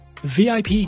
VIP